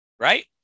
right